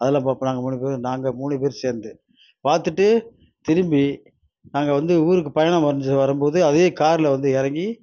அதெல்லாம் பார்ப்போம் நாங்கள் மூணு பேரும் நாங்கள் மூணு பேரும் சேர்ந்து பார்த்துட்டு திரும்பி நாங்கள் வந்து ஊருக்கு பயணம் வந்து வரும்போது அதே காரில் வந்து இறங்கி